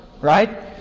right